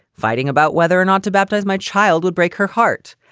fighting about whether or not to baptize my child would break her heart.